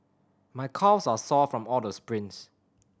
my calves are sore from all the sprints